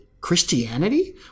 christianity